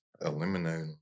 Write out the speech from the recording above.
eliminate